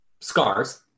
scars